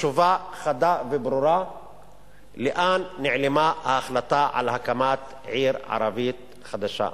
תשובה חדה וברורה - לאן נעלמה ההחלטה על הקמת עיר ערבית חדשה.